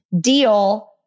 deal